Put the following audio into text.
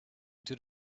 into